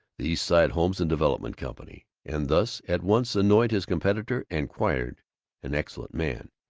the east side homes and development company, and thus at once annoyed his competitor and acquired an excellent man.